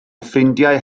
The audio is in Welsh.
ffrindiau